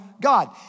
God